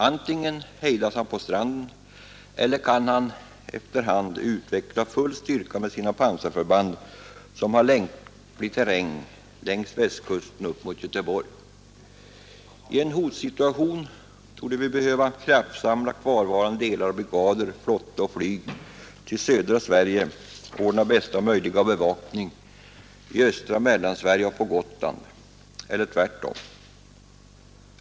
Antingen hejdas han på stranden eller kan han efter hand utveckla full styrka med sina pansarförband, som har lämplig terräng längs Västkusten upp mot Göteborg. I en hotsituation torde vi behöva kraftsamla kvarvarande delar av brigader, flotta och flyg till södra Sverige och ordna bästa möjliga bevakning i östra Mellansverige och på Gotland — eller tvärtom.